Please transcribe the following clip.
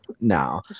No